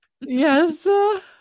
Yes